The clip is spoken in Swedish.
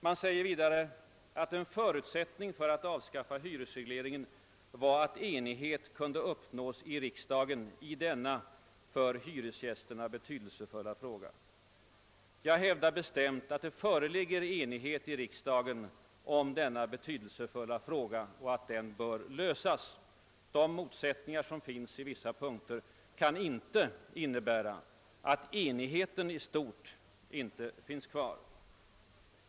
Man säger vidare, att en förutsättning för att avskaffa hyresregleringen var att »enighet kunde uppnås i riksdagen i denna för hyresgästerna betydelsefulla fråga». Jag hävdar bestämt, att det föreligger enighet i riksdagen om denna betydelsefulla fråga och om att den bör lösas. De motsättningar som finns i vissa punkter kan inte innebära att enigheten i stort inte finns kvar.